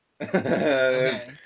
Okay